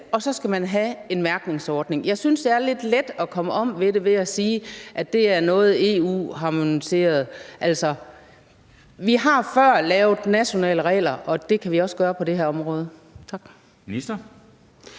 og så skal man have en mærkningsordning. Jeg synes, at det er lidt let at komme om ved det ved at sige, at det er noget, som EU har harmoniseret. Altså, vi har før lavet nationale regler, og det kan vi også gøre på det her område. Tak. Kl.